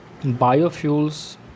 biofuels